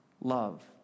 love